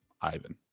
Ivan